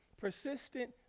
persistent